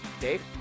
Dave